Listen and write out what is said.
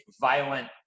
violent